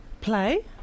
Play